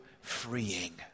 freeing